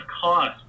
cost